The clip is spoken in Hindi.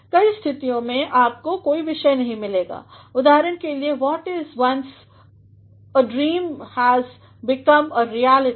कई स्थितियों में आपको कोई विषय नहीं मिलेगा उदाहरण के लिए what was once a dream has become a reality